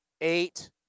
eight